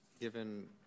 Given